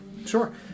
Sure